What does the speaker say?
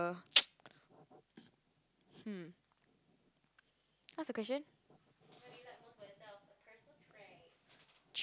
oh hmm what's the question